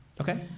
Okay